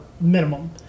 minimum